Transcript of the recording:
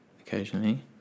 occasionally